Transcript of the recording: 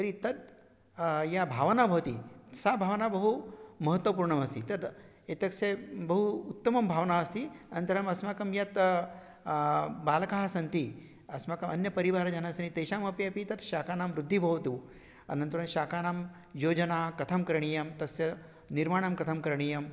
तर्हि तत् या भावना भवति सा भावना बहु महत्त्वपूर्णमस्ति तद् एतत् बहु उत्तमं भावना अस्ति अनन्तरम् अस्माकं यत् बालकाः सन्ति अस्माकम् अन्यपरिवारजनाः सन्ति तेषामपि अपि तत् शाकानां वृद्धिः भवतु अनन्तरं शाकानां योजना कथं करणीयं तस्य निर्माणं कथं करणीयं